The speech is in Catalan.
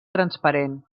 transparent